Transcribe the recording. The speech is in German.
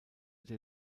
der